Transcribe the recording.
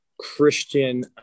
Christian